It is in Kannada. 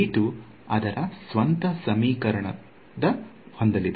ಅದರ ಸ್ವಂತ ಸಮೀಕರಣದ ಹೊಂದಲಿದೆ